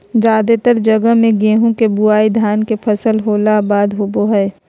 जादेतर जगह मे गेहूं के बुआई धान के फसल होला के बाद होवो हय